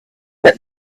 that